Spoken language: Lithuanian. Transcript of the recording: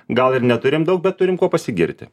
gal ir neturim daug bet turim kuo pasigirti